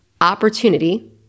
opportunity